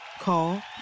Call